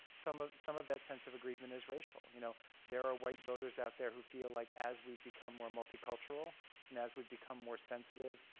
some of some of that sense of aggrievement is racial. you know there are white voters out there who feel like as we become more multicultural and as we become more sensitive